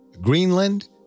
Greenland